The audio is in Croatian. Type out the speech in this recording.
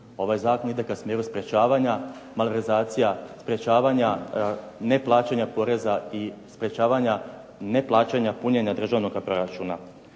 Ovaj zakon ide ka smjeru sprječavanja malverzacija, sprečavanja neplaćanja poreza i sprečavanja neplaćanja punjenja državnoga proračuna.